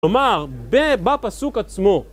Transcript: כלומר, בפסוק עצמו!